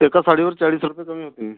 एका साडीवर चाळीस रुपये कमी होतील